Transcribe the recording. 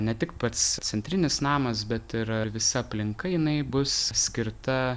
ne tik pats centrinis namas bet ir visa aplinka jinai bus skirta